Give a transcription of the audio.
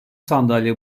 sandalye